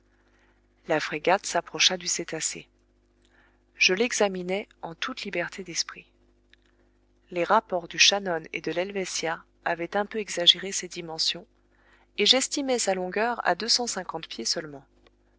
la frégate s'approcha du cétacé je l'examinai en toute liberté d'esprit les rapports du shannon et de l'helvetia avaient un peu exagéré ses dimensions et j'estimai sa longueur à deux cent cinquante pieds seulement